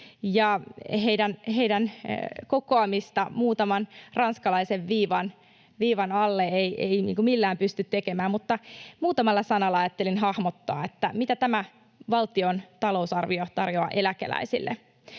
heidän kokoamistaan muutaman ranskalaisen viivan alle ei millään pysty tekemään, mutta muutamalla sanalla ajattelin hahmottaa, mitä tämä valtion talousarvio tarjoaa eläkeläisille.